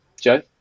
joe